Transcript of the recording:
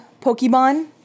Pokemon